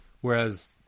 Whereas